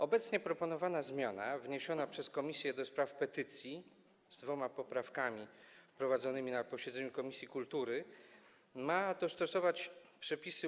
Obecnie proponowana zmiana wniesiona przez Komisję do Spraw Petycji z dwoma poprawkami wprowadzonymi na posiedzeniu komisji kultury ma dostosować przepisy